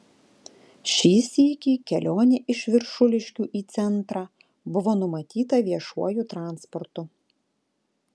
šį sykį kelionė iš viršuliškių į centrą buvo numatyta viešuoju transportu